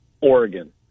Oregon